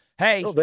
Hey